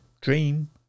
Dream